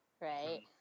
right